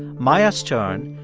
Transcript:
maia stern,